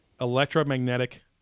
electromagnetic